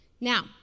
Now